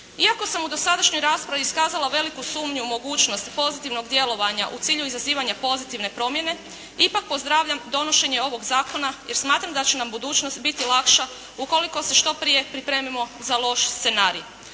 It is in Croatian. Iako sam u dosadašnjoj raspravi iskazala veliku sumnju u mogućnost pozitivnog djelovanja u cilju izazivanja pozitivne promjene ipak pozdravljam donošenje ovog zakona jer smatram da će nam budućnost biti lakša ukoliko se što prije pripremimo za loš scenarij.